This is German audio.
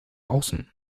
außen